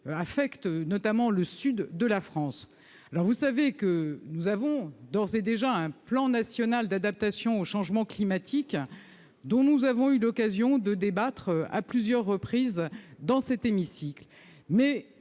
affectent notamment le sud de la France. Vous le savez, nous avons d'ores et déjà un plan national d'adaptation au changement climatique, dont nous avons eu l'occasion de débattre à plusieurs reprises dans cet hémicycle.